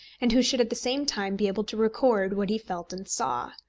and who should at the same time be able to record what he felt and saw.